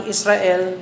Israel